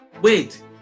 wait